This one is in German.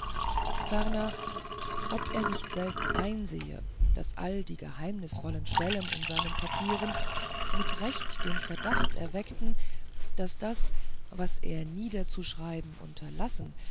ferner ob er nicht selbst einsehe daß all die geheimnisvollen stellen in seinen papieren mit recht den verdacht erweckten daß das was er niederzuschreiben unterlassen